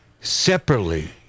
Separately